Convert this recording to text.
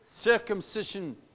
circumcision